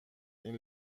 این